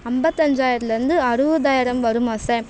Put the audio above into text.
ஐம்பத்தஞ்சாயிரத்லேந்து அறுபதாயிரம் வருமா சார்